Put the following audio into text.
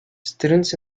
students